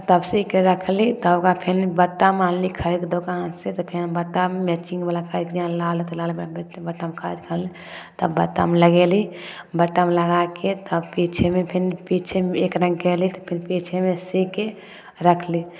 तब सीके रखली तब ओकरा फेर बटन आनली खरीदके दोकानसँ तऽ फेर बटन मैचिंगवला खरीदके लाल हइ तऽ लालमे बटन खरीदके अनली तऽ बटन लगेली बटन लगाके तब पीछेमे फेन पीछेमे एक रङ्गके लैली तऽ फेन पीछेमे सीके रखली